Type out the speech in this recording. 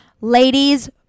ladies